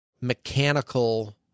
mechanical